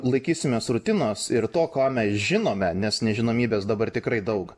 laikysimės rutinos ir to ko mes žinome nes nežinomybės dabar tikrai daug